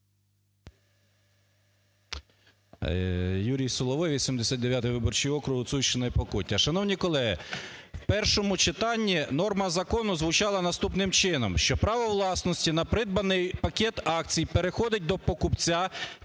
Юрій Соловей, 89-й виборчий округ, Гуцульщина і Покуття. Шановні колеги, в першому читанні норма закону звучала наступним чином, що право власності на придбаний пакет акцій переходить до покупця після